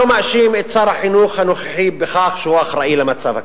לא מאשים את שר החינוך הנוכחי שהוא אחראי למצב הקיים.